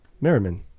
Merriman